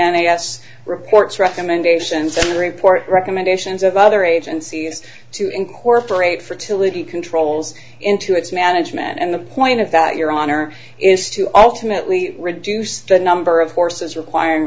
n a s reports recommendations in the report recommendations of other agencies to incorporate fertility controls into its management and the point of that your honor is to ultimately reduce the number of horses requiring